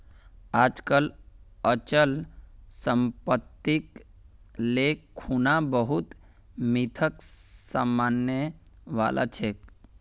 आजकल अचल सम्पत्तिक ले खुना बहुत मिथक सामने वल छेक